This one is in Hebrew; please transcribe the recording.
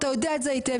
אתה יודע את זה היטב,